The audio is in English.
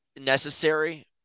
necessary